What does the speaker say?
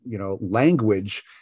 language